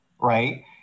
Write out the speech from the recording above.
right